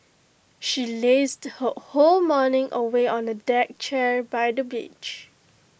she lazed her whole morning away on A deck chair by the beach